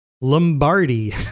Lombardi